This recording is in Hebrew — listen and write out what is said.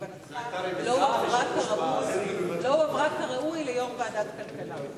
שכוונתך לא הועברה כראוי ליושב-ראש ועדת הכלכלה.